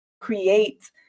create